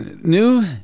New